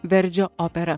verdžio operą